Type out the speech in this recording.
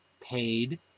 paid